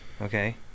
okay